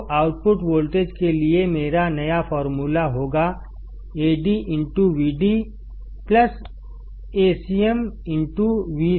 तो output voltage के लिए मेरा नया फॉर्मूला होगा Ad Vd Acm Vcm